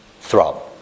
throb